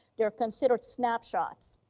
they're considered snapshots.